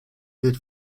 did